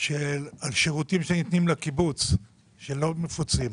השירותים שניתנים לקיבוץ, שלא מפוצים.